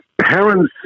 parents